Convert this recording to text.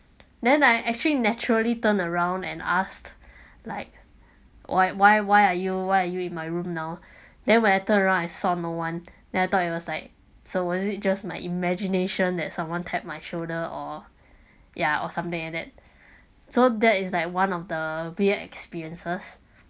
then I actually naturally turned around and asked like why why why are you why are you in my room now then when I turned around I saw no one then I thought it was like so was it just my imagination that someone tap my shoulder or yeah or something like that so that is like one of the weird experiences